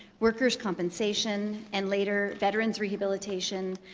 workers' compensation and, later, veterans' rehabilitation,